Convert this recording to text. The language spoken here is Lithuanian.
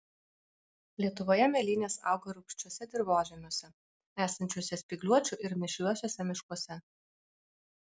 lietuvoje mėlynės auga rūgščiuose dirvožemiuose esančiuose spygliuočių ir mišriuosiuose miškuose